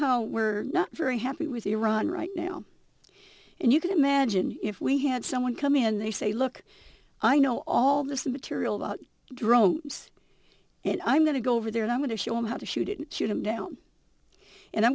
how we're not very happy with iran right now and you can imagine if we had someone come in they say look i know all this material about drones and i'm going to go over there and i'm going to show him how to shoot it and shoot him down and i'm